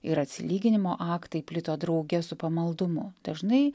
ir atsilyginimo aktai plito drauge su pamaldumu dažnai